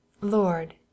lord